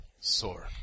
sword